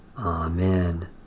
Amen